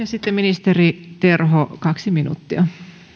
sitten ministeri terho kaksi minuuttia